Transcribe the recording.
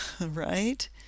Right